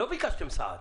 לא ביקשתם סעד.